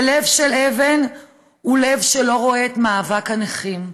ולב של אבן הוא לב שלא רואה את מאבק הנכים,